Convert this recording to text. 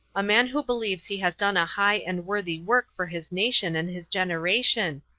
a man who believes he has done a high and worthy work for his nation and his generation,